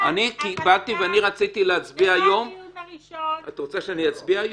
אני רציתי להצביע היום - את רוצה שאני אצביע היום?